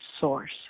source